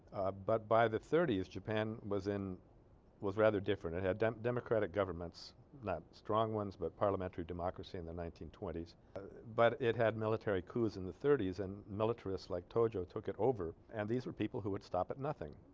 but by the thirties japan was in was rather different it had democratic governments not strong ones but parliamentary democracy in the nineteen twenties ah. but it had military coups in the thirties and militarists like torture took it over and these are people who would stop at nothing